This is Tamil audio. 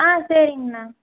ஆ சரிங்ண்ணா